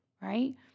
right